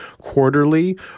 quarterly